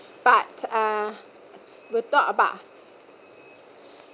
but uh we talk about